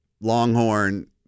Longhorn